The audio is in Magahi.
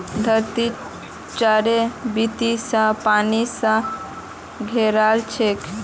धरती चारों बीती स पानी स घेराल छेक